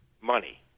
money